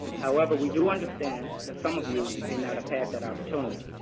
however, we do understand that some of you may not have had that opportunity.